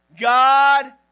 God